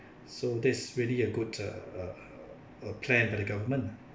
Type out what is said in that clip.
so that's really a good uh uh uh plan by the government ah